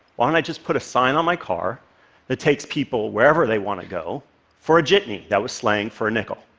why don't i just put a sign on my car that takes people wherever they want to go for a jitney that was slang for a nickel.